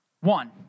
one